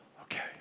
okay